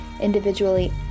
individually